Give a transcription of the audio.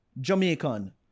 jamaican